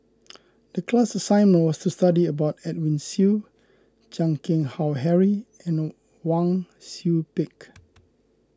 the class assignment was to study about Edwin Siew Chan Keng Howe Harry and Wang Sui Pick